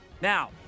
Now